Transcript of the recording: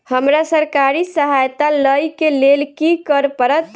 हमरा सरकारी सहायता लई केँ लेल की करऽ पड़त?